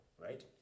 right